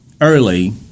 early